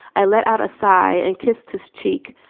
i let out a sigh and kissed his cheek,